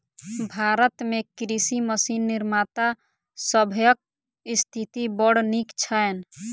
भारत मे कृषि मशीन निर्माता सभक स्थिति बड़ नीक छैन